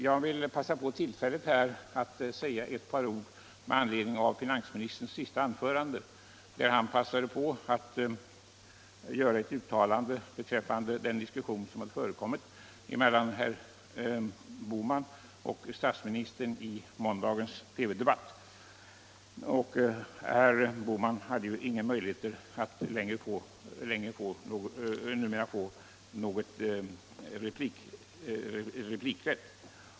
Jag vill passa på tillfället att här säga några ord med anledning av finansministerns senaste anförande, där han gjorde ett uttalande beträffande den diskussion som hade förekommit mellan herr Bohman och statsministern i måndagens TV-debatt. Herr Bohman hade ju inga möjligheter att få ytterligare replik.